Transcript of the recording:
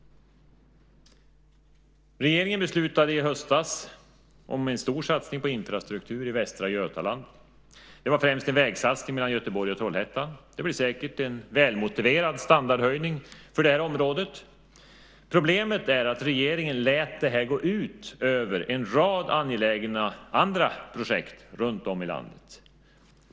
Regeringen beslutade i höstas om en stor satsning på infrastruktur i Västra Götaland, främst en vägsatsning mellan Göteborg och Trollhättan. Det blir säkert en välmotiverad standardhöjning för det området. Problemet är att regeringen lät det gå ut över en rad andra angelägna projekt runtom i landet.